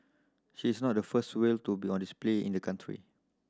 she is not the first whale to be on display in the country